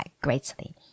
greatly